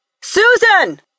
Susan